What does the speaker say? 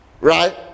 right